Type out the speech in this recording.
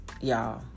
y'all